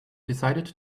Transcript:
decided